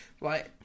Right